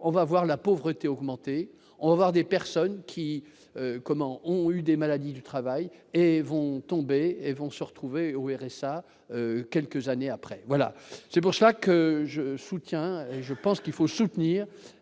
on va voir la pauvreté augmenter on voir des personnes qui, comment, ont eu des maladies du travail et vont tomber et vont se retrouver au RSA, quelques années après, voilà, c'est pour ça que je soutiens, je pense qu'il faut soutenir